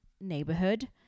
neighborhood